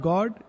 God